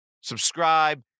subscribe